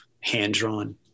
hand-drawn